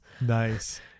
nice